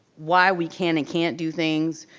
why we can and can't do things.